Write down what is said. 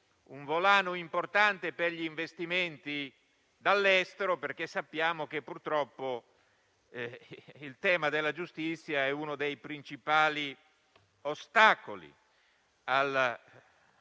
un volano importante per gli investimenti dall'estero, perché sappiamo che purtroppo il tema della giustizia è uno dei principali ostacoli agli